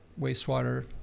wastewater